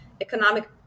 economic